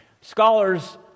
Scholars